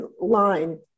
line